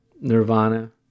Nirvana